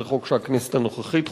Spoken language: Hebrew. שהוא חוק שהכנסת הנוכחית חוקקה.